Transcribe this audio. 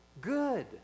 good